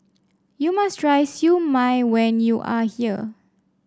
you must try Siew Mai when you are here